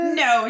no